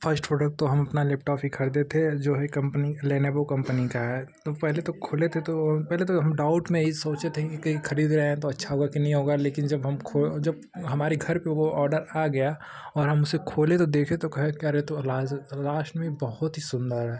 first product तो हम अपना लेपटॉप ही खरीदे थे जो है कम्पनी लेनोवो कम्पनी का है तो पहले तो खोले थे तो पहले तो हम डाउट में यही सोचे थे कि क्योंकि खरीद रहे हैं तो अच्छा होगा कि नहीं होगा लेकिन जब हम जब हमारी घर पर वो ऑडर आ गया और हम उसे खोले तो देखे तो कहे कि अरे तो लाज़ लाश्ट में ये बहुत ही सुंदर है